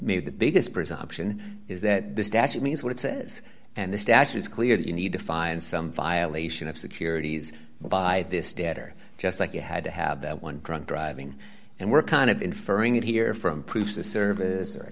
made the biggest presumption is that the statute means what it says and the statue is clear that you need to find some violation of securities by this debtor just like you had to have that one drunk driving and we're kind of inferring that here from proof of service or